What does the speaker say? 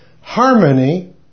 harmony